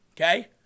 okay